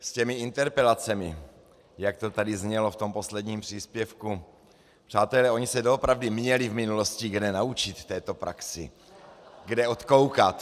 S těmi interpelacemi, jak to tady znělo v tom posledním příspěvku, přátelé, oni se doopravdy měli v minulosti kde naučit této praxi, kde ji odkoukat.